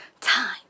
time